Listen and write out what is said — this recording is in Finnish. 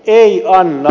ei anna